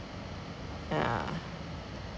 yeah